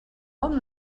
bon